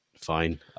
Fine